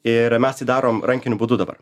ir mes tai darom rankiniu būdu dabar